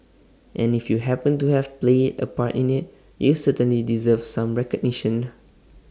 and if you happened to have played A part in IT you certainly deserve some recognition